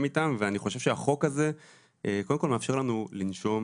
איתם ואני חושב שהחוק הזה קודם כל מאפשר לנו לנשום